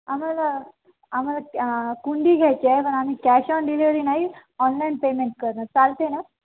आम्हाला आम्हाला कुंडी घ्यायची आहे पण आम्ही कॅश ऑन डिलेवरी नाही ऑनलाईन पेमेंट करणं चालते ना